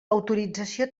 autorització